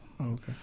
Okay